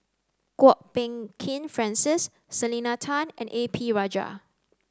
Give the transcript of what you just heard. Kwok Peng Kin Francis Selena Tan and A P Rajah